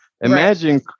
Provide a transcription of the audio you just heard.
Imagine